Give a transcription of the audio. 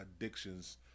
addictions